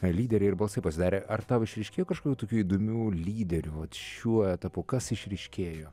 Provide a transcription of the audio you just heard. lyderiai ir balsai pasidarė ar tau išryškėjo kažkokių tokių įdomių lyderių vat šiuo etapu kas išryškėjo